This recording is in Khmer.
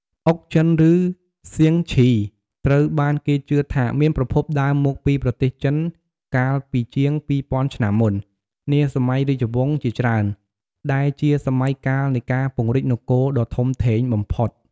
អុកចិន ឬ សៀងឈី ត្រូវបានគេជឿថាមានប្រភពដើមមកពីប្រទេសចិនកាលពីជាង ២០០០ ឆ្នាំមុន នាសម័យរាជវង្សជាច្រើន ដែលជាសម័យកាលនៃការពង្រីកនគរដ៏ធំធេងបំផុត។